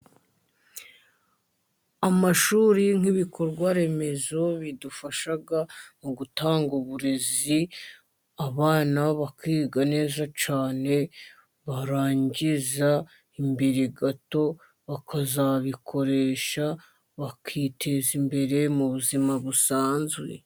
Amashuri nk'ibikorwa remezo bidufasha mu gutanga uburezi, abana bakiga neza cyane barangiza imbere gato bakazabikoresha bakiteza imbere mu buzima busanzwe.